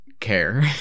care